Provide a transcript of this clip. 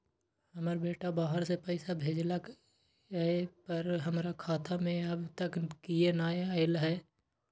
हमर बेटा बाहर से पैसा भेजलक एय पर हमरा खाता में अब तक किये नाय ऐल है?